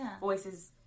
voices